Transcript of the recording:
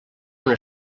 una